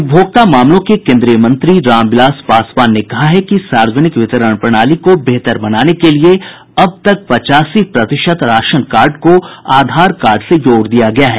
उपभोक्ता मामलों के केंद्रीय मंत्री रामविलास पासवान ने कहा है कि सार्वजनिक वितरण प्रणाली को बेहतर बनाने के लिए अब तक पचासी प्रतिशत राशन कार्ड को आधार कार्ड से जोड़ दिया गया है